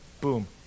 Boom